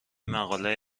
مقاله